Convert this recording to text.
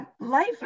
life